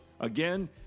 Again